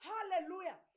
Hallelujah